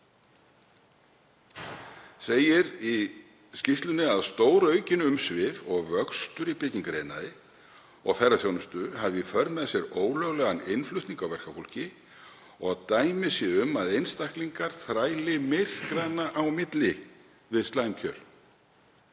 Segir í skýrslunni að stóraukin umsvif og vöxtur í byggingariðnaði og ferðaþjónustu hafi í för með sér ólöglegan innflutning á verkafólki og dæmi séu um að einstaklingar þræli myrkranna á milli við slæm kjör.